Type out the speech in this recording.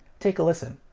take a listen.